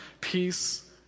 peace